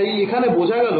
তাই এখানে বোঝা গেল